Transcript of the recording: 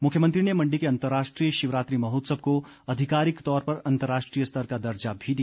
मुख्यमंत्री ने मंडी के अंतर्राष्ट्रीय शिवरात्रि महोत्सव को अधिकारिक तौर पर अंतर्राष्ट्रीय स्तर का दर्जा भी दिया